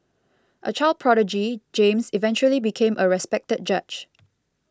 a child prodigy James eventually became a respected judge